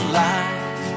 life